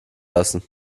lassen